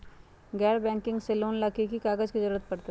गैर बैंकिंग से लोन ला की की कागज के जरूरत पड़तै?